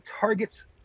targets